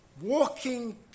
walking